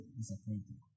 disappointed